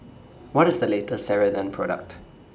What IS The later Ceradan Product